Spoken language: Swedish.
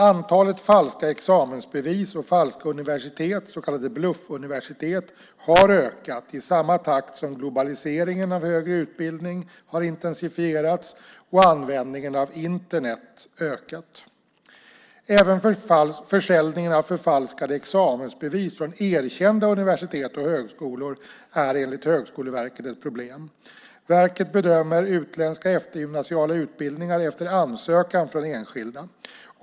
Antalet falska examensbevis och falska universitet, så kallade bluffuniversitet, har ökat i samma takt som globaliseringen av högre utbildning har intensifierats och användningen av Internet ökat. Även försäljningen av förfalskade examensbevis från erkända universitet och högskolor är enligt Högskoleverket ett problem. Verket bedömer utländska eftergymnasiala utbildningar efter ansökan från enskilda.